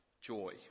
Joy